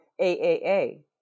AAA